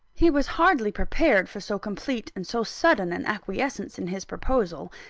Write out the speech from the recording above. he was hardly prepared for so complete and so sudden an acquiescence in his proposal,